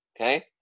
Okay